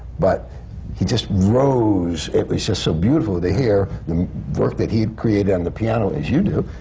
but he just rose. it was just so beautiful to hear the work that he had created on the piano, as you do.